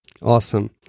awesome